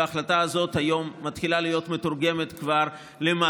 וההחלטה הזאת היום מתחילה כבר להיות מתורגמת למעשים,